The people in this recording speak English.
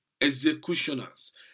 executioners